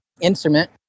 instrument